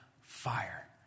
Fire